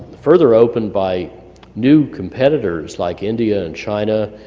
further opened by new competitors like india and china,